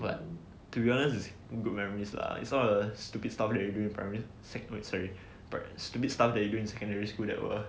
but to be honest is good memories lah it's all the stupid stuff that you during primary sec sorry but stupid stuff that you during secondary school that were